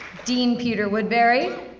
dean peter woodberry.